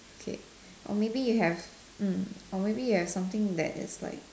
okay or maybe you have mm or maybe you have something that is like